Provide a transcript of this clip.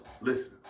listen